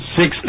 six